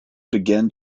begin